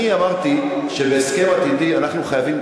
אני אמרתי שבהסכם עתידי אנחנו חייבים